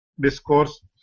discourse